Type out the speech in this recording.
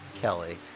Kelly